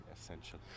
essential